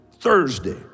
Thursday